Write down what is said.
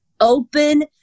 open